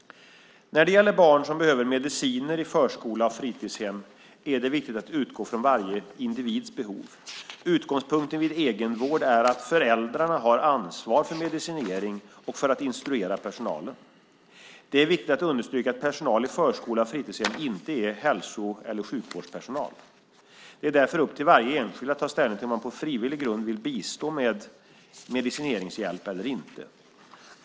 När det gäller barn som behöver mediciner i förskola och fritidshem är det viktigt att utgå från varje individs behov. Utgångspunkten vid egenvård är att föräldrarna har ansvar för medicinering och för att instruera personalen. Det är viktigt att understryka att personal i förskola och fritidshem inte är hälso eller sjukvårdspersonal. Det är därför upp till varje enskild att ta ställning till om man på frivillig grund vill bistå med medicineringshjälp eller inte.